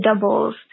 doubles